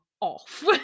off